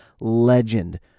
legend